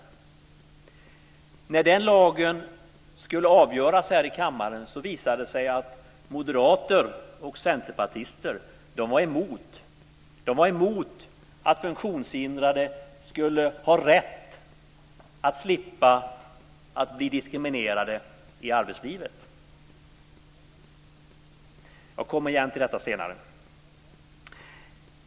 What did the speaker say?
När frågan om den lagen skulle avgöras här i kammaren visade det sig att moderater och centerpartister var emot att funktionshindrade skulle ha rätt att slippa bli diskriminerade i arbetslivet. Jag kommer tillbaka till detta senare.